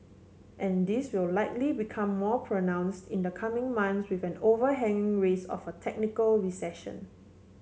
and this will likely become more pronounced in the coming months with an overhang risk of a technical recession